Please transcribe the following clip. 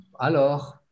alors